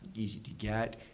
easy to get.